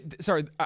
sorry